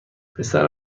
پسر